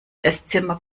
esszimmer